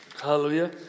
Hallelujah